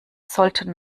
sollten